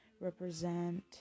represent